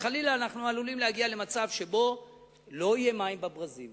ואנחנו עלולים חלילה להגיע למצב שבו לא יהיו מים בברזים,